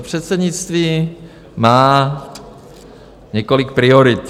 Předsednictví má několik priorit.